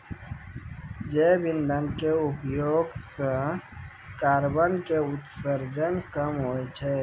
जैव इंधन के उपयोग सॅ कार्बन के उत्सर्जन कम होय छै